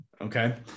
okay